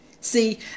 See